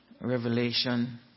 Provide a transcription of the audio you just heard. Revelation